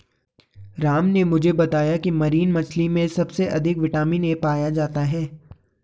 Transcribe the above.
राम ने मुझे बताया की मरीन मछली में सबसे अधिक विटामिन ए पाया जाता है